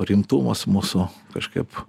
rimtumas mūsų kažkaip